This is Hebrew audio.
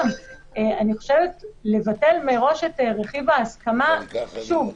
אני חושבת שלבטל מראש את רכיב ההסכמה שוב,